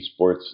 esports